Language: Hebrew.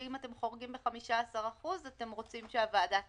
שאם אתם חורגים ב-15% אתם רוצים שהוועדה תאשר.